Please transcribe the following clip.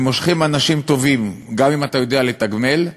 הם מושכים אנשים טובים גם אם אתה יודע לתגמל,